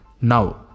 Now